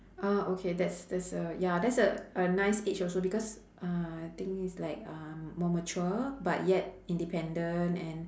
uh okay that's that's a ya that's a a nice age also because uh I think is like uh more mature but yet independent and